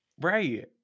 right